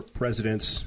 presidents